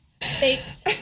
Thanks